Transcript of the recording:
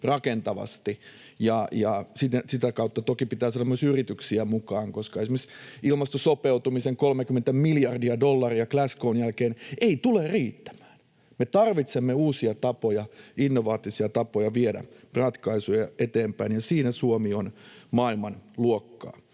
rakentavasti. Sitä kautta toki pitää saada myös yrityksiä mukaan, koska esimerkiksi ilmastosopeutumisen 30 miljardia dollaria Glasgow’n jälkeen ei tule riittämään. Me tarvitsemme uusia tapoja, innovatiivisia tapoja, viedä ratkaisuja eteenpäin, ja siinä Suomi on maailmanluokkaa.